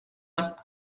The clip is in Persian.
است